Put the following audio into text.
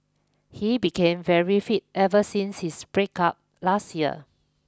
he became very fit ever since his breakup last year